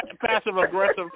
passive-aggressive